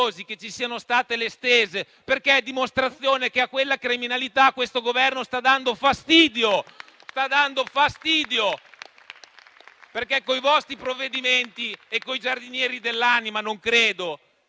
che ci siano state le stese, perché è la dimostrazione che a quella criminalità questo Governo sta dando fastidio. Sta dando fastidio perché, con i vostri provvedimenti e con i giardinieri dell'anima, non credo